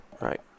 Right